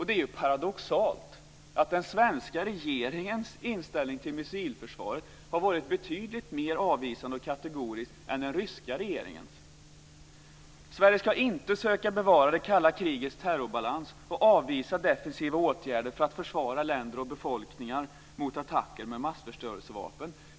Det är paradoxalt att den svenska regeringens inställning till missilförsvar har varit betydligt mer avvisande och kategorisk än den ryska regeringens. Sverige ska inte söka bevara det kalla krigets terrorbalans och avvisa defensiva åtgärder för att försvara länder och befolkningar mot attacker med massförstörelsevapen.